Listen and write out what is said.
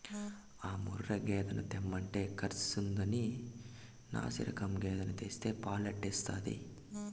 ఆ ముర్రా గేదెను తెమ్మంటే కర్సెందుకని నాశిరకం గేదెను తెస్తే పాలెట్టొచ్చేది